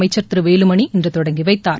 அமைச்சர் திரு வேலுமணி இன்று தொடங்கி வைத்தார்